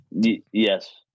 Yes